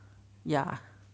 ya